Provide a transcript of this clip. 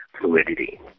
fluidity